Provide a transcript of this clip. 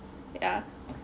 yeah